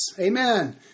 Amen